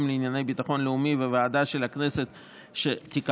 לענייני ביטחון לאומי וועדה של הכנסת שתיקבע,